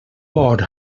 por